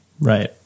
Right